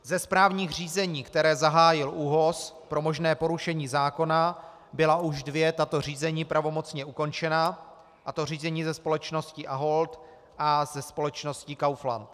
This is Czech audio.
Ze správních řízení, která zahájil ÚOHZ pro možné porušení zákona, byla už dvě tato řízení pravomocně ukončena, a to řízení se společností Ahold a se společností Kaufland.